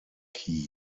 key